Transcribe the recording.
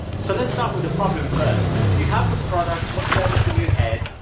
so let's start with the problem first. you have the product or service in your head.